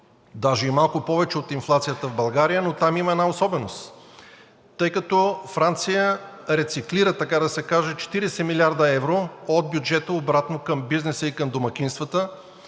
даже и малко повече от инфлацията в България, но там има една особеност. Тъй като Франция рециклира така да се каже 40 милиарда евро от бюджета обратно към бизнеса и към домакинствата,